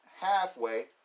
halfway